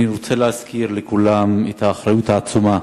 אני רוצה להזכיר לכולם את האחריות העצומה